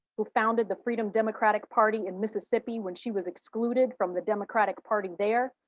who founded the freedom democratic party in mississippi when she was excluded from the democratic party there,